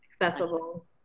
Accessible